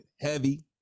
heavy